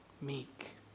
meek